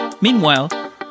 Meanwhile